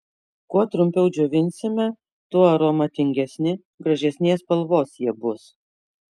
kuo trumpiau džiovinsime tuo aromatingesni gražesnės spalvos jie bus